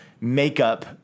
makeup